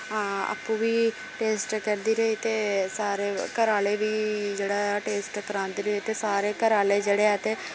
हां आपूं बी टेस्ट करदी रेही ते सारे घरा आह्ले बी जेह्ड़ा टेस्ट करांदी रेही ते सारे घरै आह्ले जेह्ड़े ऐ ते